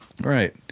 Right